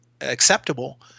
Acceptable